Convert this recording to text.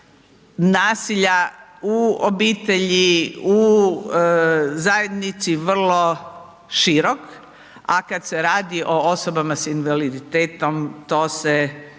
nasilja u obitelji, u zajednici, vrlo širok, a kad se radi s osobama s invaliditetom to se